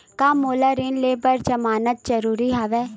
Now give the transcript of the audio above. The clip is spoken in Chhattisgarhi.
का मोला ऋण ले बर जमानत जरूरी हवय?